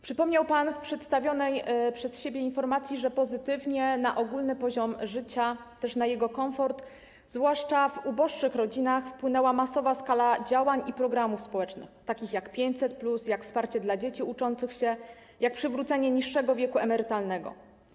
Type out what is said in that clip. Przypomniał pan w przedstawionej przez siebie informacji, że pozytywnie na ogólny poziom życia, też na jego komfort, zwłaszcza w uboższych rodzinach, wpłynęła masowa skala działań i programów społecznych takich jak 500+, jak wsparcie dla dzieci uczących się, jak przywrócenie niższego wieku emerytalnego.